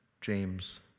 James